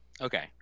Okay